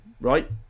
right